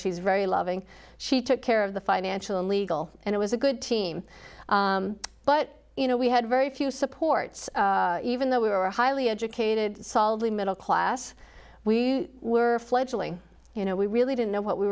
she's very loving she took care of the financial and legal and it was a good team but you know we had very few supports even though we were highly educated solidly middle class we were fledgling you know we really didn't know what we